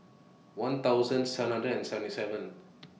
one thousand seven hundred and seventy seven